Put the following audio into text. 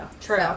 true